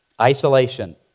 Isolation